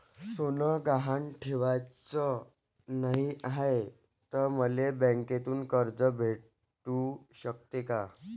सोनं गहान ठेवाच नाही हाय, त मले बँकेतून कर्ज भेटू शकते का?